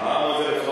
אמרנו את זה,